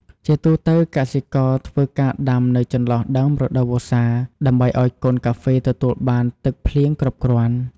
ជាទូទៅ កសិករធ្វើការដាំនៅចន្លោះដើមរដូវវស្សា ដើម្បីឱ្យកូនកាហ្វេទទួលបានទឹកភ្លៀងគ្រប់គ្រាន់។